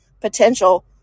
potential